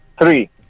Three